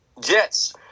Jets